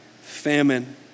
famine